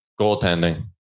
Goaltending